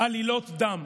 עלילות דם.